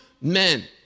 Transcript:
men